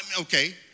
okay